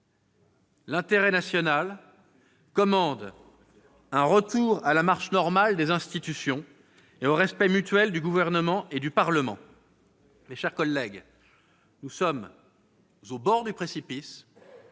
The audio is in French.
L'intérêt national commande un retour à la marche normale des institutions et au respect mutuel du Gouvernement et du Parlement. Mes chers collègues, nous sommes au bord du précipice,